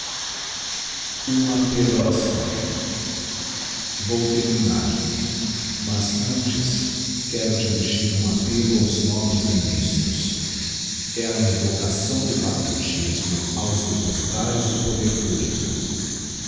uma peroração vou terminar mas antes quero dirigir um appello aos nobres ministros e a invocação do patriotismo aos depositários do poder publico